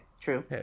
true